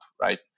right